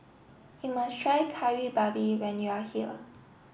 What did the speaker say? you must try Kari Babi when you are here